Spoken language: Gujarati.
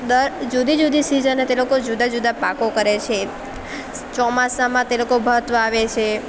દર જુદી જુદી સીઝને તે લોકો જુદા જુદા પાકો કરે છે ચોમાસામાં તે લોકો ભાત વાવે છે